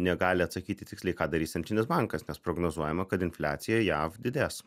negali atsakyti tiksliai ką darys centrinis bankas nes prognozuojama kad infliacija jav didės